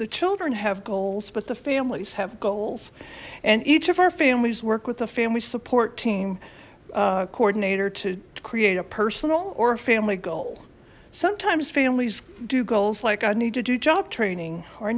the children have goals but the families have goals and each of our families work with the family support team coordinator to create a personal or family goal sometimes families do goals like i need to do job training or